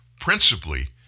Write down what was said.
principally